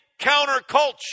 counterculture